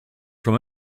from